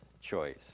choice